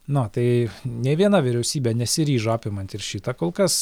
nu va tai nė viena vyriausybė nesiryžo apimant ir šitą kol kas